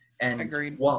agreed